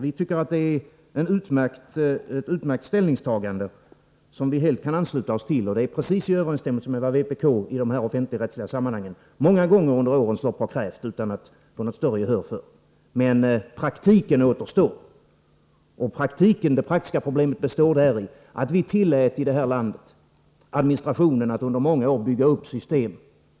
Vi tycker att det är ett utmärkt ställningstagande, som vi helt kan ansluta oss till, och det är helt i överensstämmelse med vad vpk i offentligrättsliga sammanhang många gånger under årens lopp har krävt, utan att få något större gehör för det. Men praktiken återstår, och det praktiska problemet består däri att vi i det här landet tillät administrationen att under många år bygga upp system